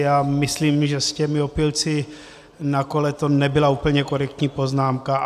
Já myslím, že s těmi opilci na kole to nebyla úplně korektní poznámka.